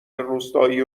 روستایی